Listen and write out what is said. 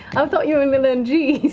i thought you only learned gs.